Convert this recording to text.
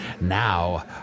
Now